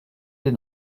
den